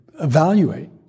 evaluate